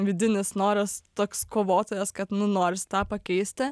vidinis noras toks kovotojas kad nu norisi tą pakeisti